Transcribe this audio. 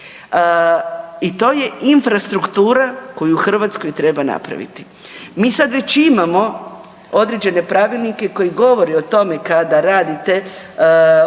i to je infrastruktura koju u Hrvatskoj treba napraviti. Mi sad već imamo određene pravilnike koji govore o tome kada radite objekte,